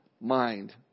mind